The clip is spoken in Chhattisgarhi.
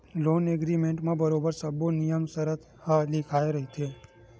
लोन एग्रीमेंट म बरोबर सब्बो नियम सरत ह लिखाए रहिथे